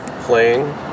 playing